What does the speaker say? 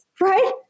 right